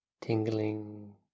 tingling